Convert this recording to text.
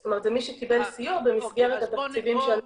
זאת אומרת זה מי שקיבל סיוע במסגרת התקציבים שאנחנו מקצים.